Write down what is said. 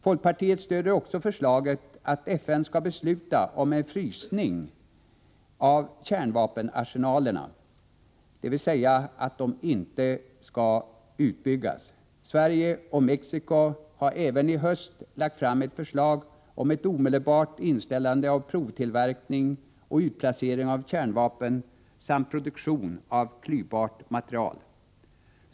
Folkpartiet stödjer också förslaget att FN skall besluta om en frysning av kärnvapenarsenalerna, dvs. att de inte skall byggas ut. Sverige och Mexico har även i höst lagt fram ett förslag om ett omedelbart inställande av provtillverkning och utplacering av kärnvapen samt produktion av klyvbart material.